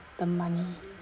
the money